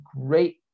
great